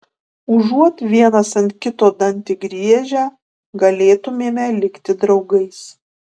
užuot vienas ant kito dantį griežę galėtumėme likti draugais